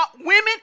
women